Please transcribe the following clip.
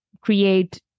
create